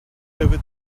over